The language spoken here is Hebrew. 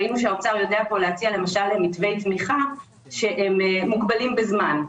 ראינו שהאוצר יודע היכן להציע למשל למתווי תמיכה שהם מוגבלים בזמן.